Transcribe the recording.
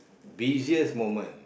busiest moment